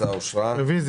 תדעי לך שיש